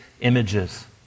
images